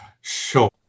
Sure